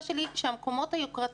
שלי היא שזה לא קרה במקומות היוקרתיים.